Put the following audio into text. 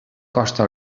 costa